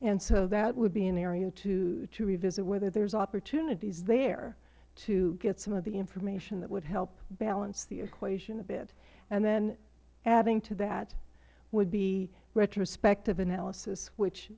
rulemaking so that would be an area to revisit whether there is opportunities there to get some of the information that would help balance the equation a bit and then adding to that would be retrospective analysis which